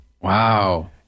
Wow